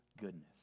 goodness